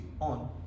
on